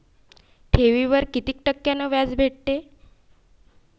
ठेवीवर कितीक टक्क्यान व्याज भेटते?